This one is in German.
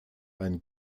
ein